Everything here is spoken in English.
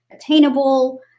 attainable